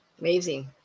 Amazing